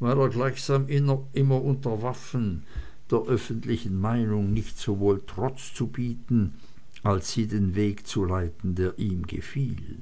er gleichsam immer unter waffen der öffentlichen meinung nicht sowohl trotz zu bieten als sie den weg zu leiten der ihm gefiel